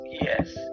yes